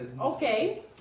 Okay